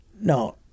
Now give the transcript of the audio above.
No